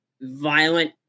violent